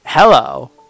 Hello